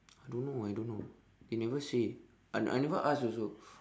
I don't know I don't know they never say I I never ask also